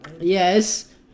Yes